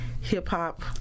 hip-hop